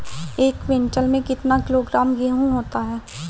एक क्विंटल में कितना किलोग्राम गेहूँ होता है?